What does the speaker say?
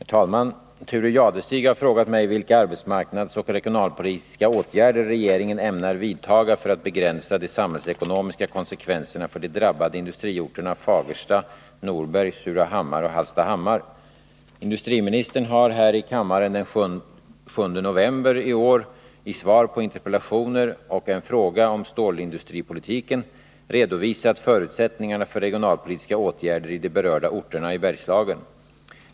Herr talman! Thure Jadestig har frågat mig vilka arbetsmarknadsoch regionalpolitiska åtgärder regeringen ämnar vidtaga för att begränsa de samhällsekonomiska konsekvenserna för de drabbade industriorterna Fagersta, Norberg, Surahammar och Hallstahammar. Industriministern har här i kammaren den 7 november i år i svar på interpellationer och en fråga om stålindustripolitiken redovisat förutsättningarna för regionalpolitiska åtgärder i de berörda orterna i Bergslagen.